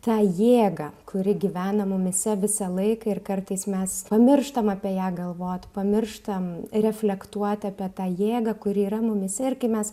tą jėgą kuri gyvena mumyse visą laik ir kartais mes pamirštamam apie ją galvot pamirštam reflektuot apie tą jėgą kuri yra mumyse ir kai mes